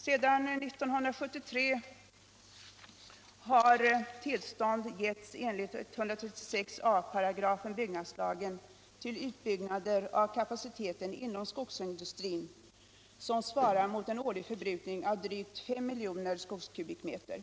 Sedan år 1973 har tillstånd givits enligt 136 a § byggnadslagen till utbyggnader av kapaciteten inom skogsindustrin som svarar mot en årlig förbrukning av drygt 5 miljoner skogskubikmeter.